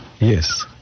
Yes